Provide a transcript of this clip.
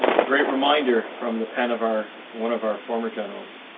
a great reminder from the pen of our one of our former generals.